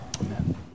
amen